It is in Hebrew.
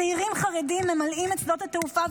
צעירים חרדים ממלאים את שדות התעופה,